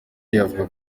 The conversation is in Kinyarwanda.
avuga